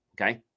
okay